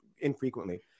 infrequently